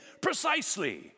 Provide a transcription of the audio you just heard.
Precisely